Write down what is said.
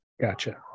Gotcha